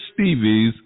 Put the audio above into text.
Stevies